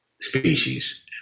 Species